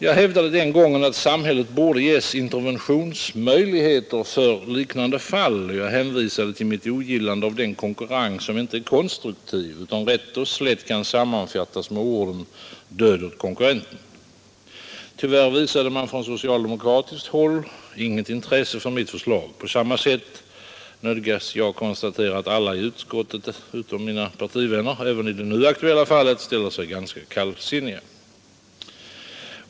Jag hävdade den gången att samhället borde ges interventionsmöjligheter för liknande fall, och jag hänvisade till mitt ogillande av den konkurrens som inte är konstruktiv utan rätt och slätt kan sammanfattas med orden ”död åt konkurrenten”. Tyvärr visade man från socialdemokratiskt håll inget intresse för mitt förslag. På samma sätt nödgas jag konstatera att alla ledamöter i utskottet utom mina partivänner även i det nu aktuella fallet ställer sig ganska kallsinniga.